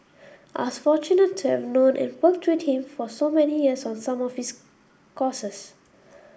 I was fortunate to have known and worked with him for so many years on some of his causes